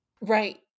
Right